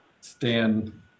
Stan